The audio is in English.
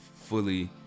fully